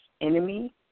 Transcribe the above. enemy